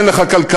אין לך כלכלה,